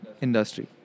industry